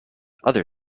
other